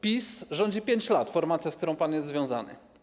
PiS rządzi 5 lat - formacja, z którą pan jest związany.